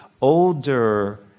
older